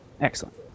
Excellent